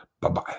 Bye-bye